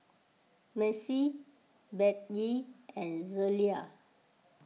Macy Bettye and Zelia